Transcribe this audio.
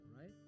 right